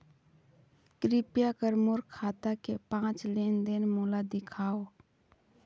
कृपया कर मोर खाता के पांच लेन देन मोला दिखावव